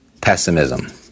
pessimism